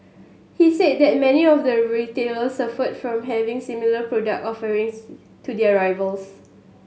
he said that many of the retailers suffered from having similar product offerings to their rivals